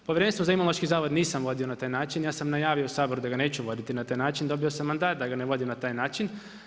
Povjerenstvo za Imunološki zavod nisam vodio na taj način, ja sam najavio Saboru da ga neću voditi na taj način, dobio sam mandat da ga ne vodim na taj način.